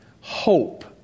hope